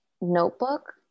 notebook